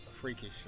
freakish